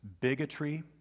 bigotry